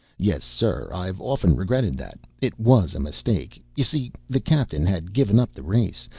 yes, sir, i've often regretted that it was a mistake. you see, the captain had given up the race,